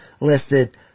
listed